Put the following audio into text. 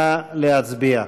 נא להצביע.